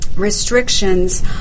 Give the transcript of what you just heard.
restrictions